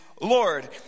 Lord